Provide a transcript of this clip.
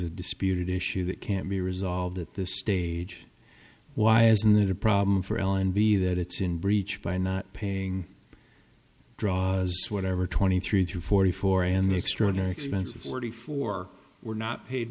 a disputed issue that can't be resolved at this stage why isn't that a problem for allenby that it's in breach by not paying draws whatever twenty three to forty four and the extraordinary expense of forty four were not paid